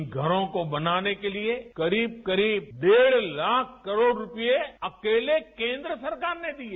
इन घरों को बनाने के लिए करीब करीब डेढ़ लाख करोड़ रूपये अकेले केन्द्र सरकार ने दिए